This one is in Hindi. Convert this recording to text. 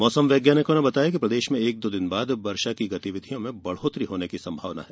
मौसम वैज्ञानिकों ने बताया कि प्रदेश में एक दो दिन बाद वर्षा की गतिविधियों में बढ़ोत्तरी होने की संभावना है